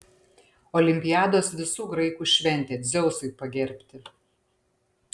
olimpiados visų graikų šventė dzeusui pagerbti